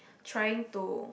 trying to